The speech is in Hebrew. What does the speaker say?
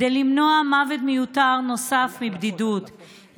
כדי למנוע מוות מיותר נוסף מבדידות.